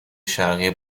شرقی